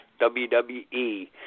WWE